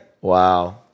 Wow